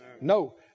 No